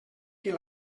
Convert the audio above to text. què